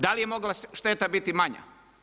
Da li je mogla šteta biti manja?